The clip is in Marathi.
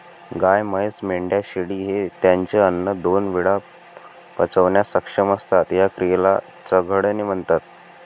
गाय, म्हैस, मेंढ्या, शेळी हे त्यांचे अन्न दोन वेळा पचवण्यास सक्षम असतात, या क्रियेला चघळणे म्हणतात